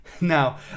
Now